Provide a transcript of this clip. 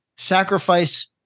Sacrifice